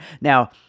now